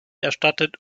erstattet